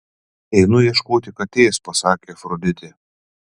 einu ieškoti katės pasakė afroditė